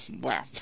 wow